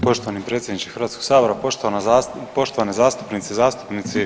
Poštovani predsjedniče Hrvatskoga sabora, poštovane zastupnice i zastupnici.